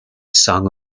song